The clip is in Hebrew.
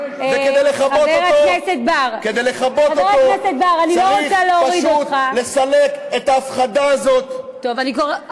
אני רוצה לאפשר לו להמשיך לדבר,